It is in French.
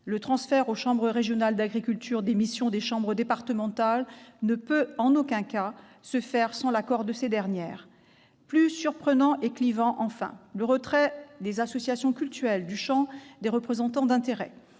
Le transfert aux chambres régionales d'agriculture des missions des chambres départementales ne peut en aucun cas se faire sans l'accord de ces dernières. Plus surprenant et clivant, enfin, le retrait des associations cultuelles du champ des représentants d'intérêts.